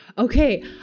Okay